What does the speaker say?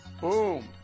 Boom